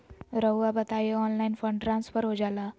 रहुआ बताइए online fund transfer हो जाला?